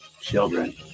children